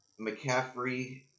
McCaffrey